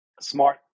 smart